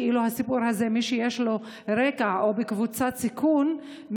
למי שיש לה רקע או שהיא בקבוצת סיכון,